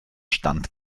stand